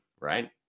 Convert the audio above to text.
right